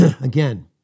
Again